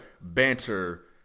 banter